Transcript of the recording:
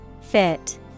Fit